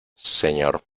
señor